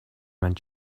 маань